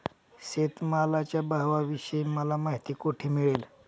शेतमालाच्या भावाविषयी मला माहिती कोठे मिळेल?